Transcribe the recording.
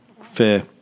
fair